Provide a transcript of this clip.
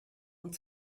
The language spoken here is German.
und